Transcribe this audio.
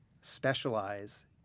specialize